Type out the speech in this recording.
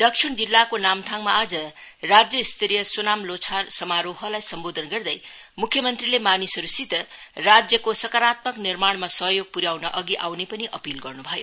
दक्षिण जिल्लाको नामथाङमा आज राज्यस्तरीय सोनाम लोछार समारोहलाई सम्बोधन गर्दै मुख्यमन्त्रीले मानिसहरूसित राज्यको सकारात्मक निर्माणमा सहयोग पुन्याउन अधि आउने पनि अपील गर्न भयो